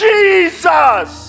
Jesus